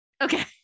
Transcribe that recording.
Okay